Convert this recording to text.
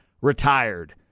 retired